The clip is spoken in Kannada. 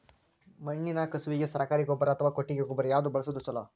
ಮಣ್ಣಿನ ಕಸುವಿಗೆ ಸರಕಾರಿ ಗೊಬ್ಬರ ಅಥವಾ ಕೊಟ್ಟಿಗೆ ಗೊಬ್ಬರ ಯಾವ್ದು ಬಳಸುವುದು ಛಲೋ?